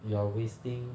you are wasting